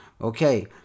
Okay